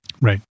Right